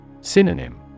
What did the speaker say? Synonym